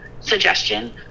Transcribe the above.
suggestion